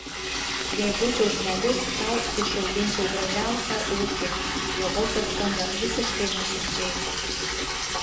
jei būčiau žmogus tau išauginčiau gražiausią ūkį jo balsas skamba visiškai nuoširdžiai